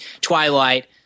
Twilight